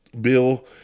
bill